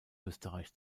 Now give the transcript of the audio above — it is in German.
österreich